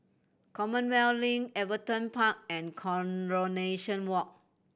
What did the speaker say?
Commonwealth Link Everton Park and Coronation Walk